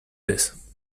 this